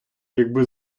якби